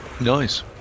Nice